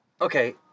Okay